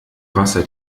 wasser